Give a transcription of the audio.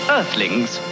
Earthlings